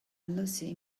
lucy